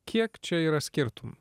kiek čia yra skirtumų